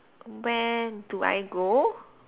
when do I go